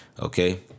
Okay